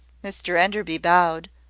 mr enderby bowed,